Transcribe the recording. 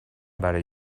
برای